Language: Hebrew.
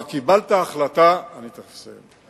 אני תיכף אסיים.